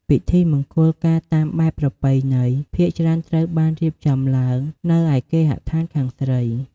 ពិធីមង្គលការតាមបែបប្រពៃណីភាគច្រើនត្រូវបានរៀបចំឡើងនៅឯគេហដ្ឋានខាងស្រី។